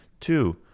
Two